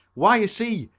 why, you see,